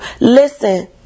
Listen